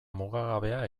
mugagabea